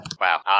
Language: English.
Wow